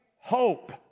hope